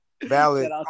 valid